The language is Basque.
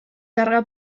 karga